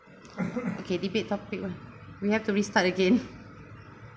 okay debate topic one we have to restart again